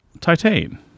Titan